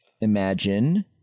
Imagine